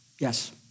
Yes